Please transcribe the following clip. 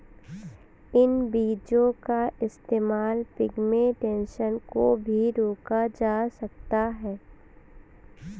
इन बीजो का इस्तेमाल पिग्मेंटेशन को भी रोका जा सकता है